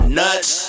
nuts